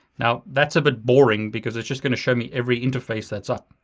now, that's a bit boring because it's just gonna show me every interface that's up.